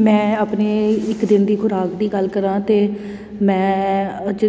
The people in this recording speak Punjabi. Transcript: ਮੈਂ ਆਪਣੇ ਇੱਕ ਦਿਨ ਦੀ ਖੁਰਾਕ ਦੀ ਗੱਲ ਕਰਾਂ ਤਾਂ ਮੈਂ ਅਚ